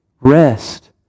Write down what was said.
Rest